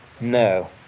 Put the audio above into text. no